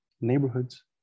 neighborhoods